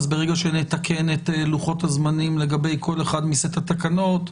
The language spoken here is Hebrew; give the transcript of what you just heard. ברגע שנתקן את לוחות הזמנים לגבי כל אחד מסט התקנות,